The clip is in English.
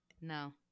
no